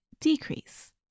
decrease